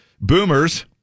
Boomers